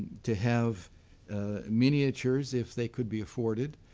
to have miniatures if they could be afforded.